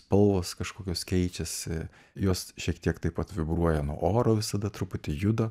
spalvos kažkokios keičiasi jos šiek tiek taip pat vibruoja nuo oro visada truputį juda